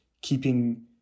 keeping